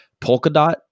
Polkadot